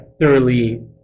thoroughly